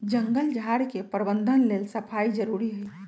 जङगल झार के प्रबंधन लेल सफाई जारुरी हइ